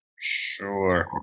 sure